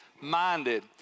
minded